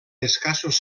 escassos